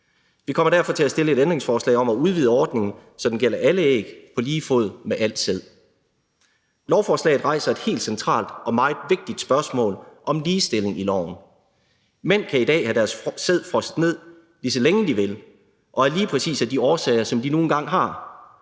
Vi kommer derfor til at stille et ændringsforslag om at udvide ordningen, så den gælder alle æg på lige fod med alt sæd. Lovforslaget rejser et helt centralt og meget vigtigt spørgsmål om ligestilling i loven. Mænd kan i dag have deres sæd frosset ned, lige så længe de vil, og af lige præcis de årsager, som de nu engang har.